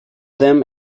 them